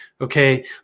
Okay